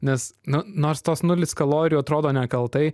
nes nu nors tos nulis kalorijų atrodo nekaltai